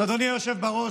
אז אדוני היושב בראש,